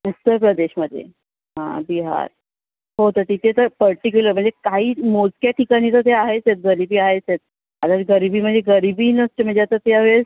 उत्तर प्रदेशमध्ये हां बिहार हो तर तिथे तर पर्टिक्युलर म्हणजे काही मोजक्या ठिकाणी ज ते आहेच आहेत गरीबी आहेच आहेत आता गरीबी म्हणजे गरीबी नसते म्हणजे आता त्यावेळेस